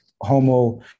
homo